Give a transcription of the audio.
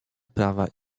prawa